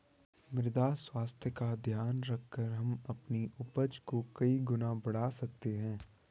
मृदा स्वास्थ्य का ध्यान रखकर हम अपनी उपज को कई गुना बढ़ा सकते हैं